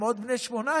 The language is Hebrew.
הם עוד בני 18,